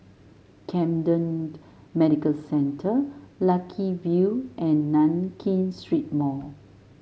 Camden Medical Centre Lucky View and Nankin Street Mall